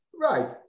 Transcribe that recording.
Right